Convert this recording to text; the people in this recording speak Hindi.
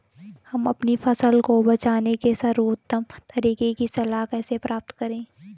हम अपनी फसल को बचाने के सर्वोत्तम तरीके की सलाह कैसे प्राप्त करें?